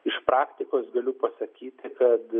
iš praktikos galiu pasakyti kad